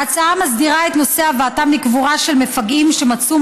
ההצעה מסדירה את נושא הבאתם לקבורה של מפגעים שמצאו